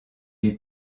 est